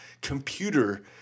computer